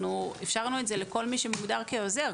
אפשרנו את זה לכל מי שמוגדר כעוזר,